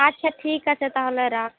আচ্ছা ঠিক আছে তাহলে রাখ